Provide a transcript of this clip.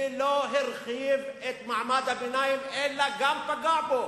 ולא הרחיב את מעמד הביניים, אלא גם פגע בו.